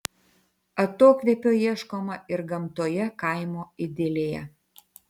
atokvėpio ieškoma ir gamtoje kaimo idilėje